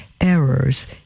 errors